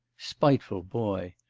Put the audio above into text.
spiteful boy!